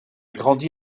grandi